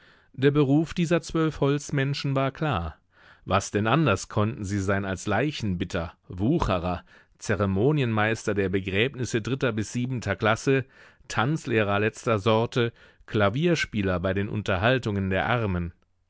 der beruf dieser zwölf holzmenschen war klar was denn anders konnten sie sein als leichenbitter wucherer zeremonienmeister der begräbnisse dritter bis siebenter klasse tanzlehrer letzter sorte klavierspieler bei den unterhaltungen der armen